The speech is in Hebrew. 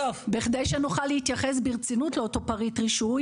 בכדי שנוכל להתייחס ברצינות לאותו פריט רישוי